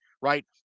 right